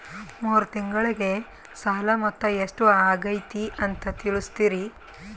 ಮೂರು ತಿಂಗಳಗೆ ಸಾಲ ಮೊತ್ತ ಎಷ್ಟು ಆಗೈತಿ ಅಂತ ತಿಳಸತಿರಿ?